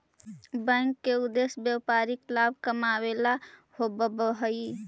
bank के उद्देश्य व्यापारिक लाभ कमाएला होववऽ हइ